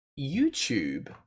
YouTube